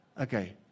Okay